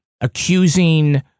accusing